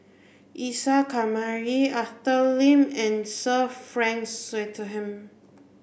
Isa Kamari Arthur Lim and Sir Frank Swettenham